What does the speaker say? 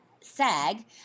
SAG